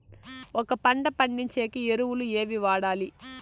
ఒక పంట పండించేకి ఎరువులు ఏవి వాడాలి?